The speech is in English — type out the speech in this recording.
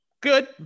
Good